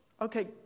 okay